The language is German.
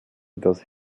das